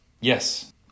Yes